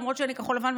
למרות שאני כחול לבן,